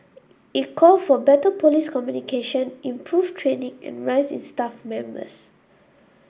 it called for better police communication improved training and rise in staff numbers